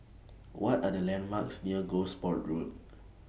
What Are The landmarks near Gosport Road